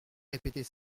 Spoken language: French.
répéter